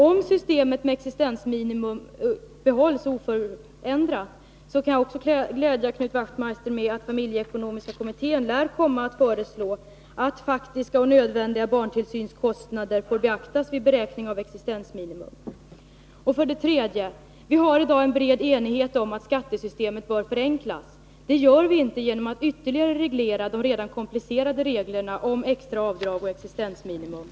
Om systemet med existensminimum behålls oförändrat kan jag också glädja Knut Wachtmeister med att familjeekonomiska kommittén lär komma med ett förslag att faktiska och nödvändiga barntillsynskostnader får beaktas vid beräkning av existensminimum. För det tredje: Vi har i dag en bred enighet om att skattesystemet bör Nr 134 förenklas. Det gör vi inte genom att ytterligare reglera de redan komplice Fredagen den rade reglerna om extra avdrag och existensminimum.